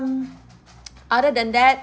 um other than that